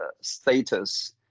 status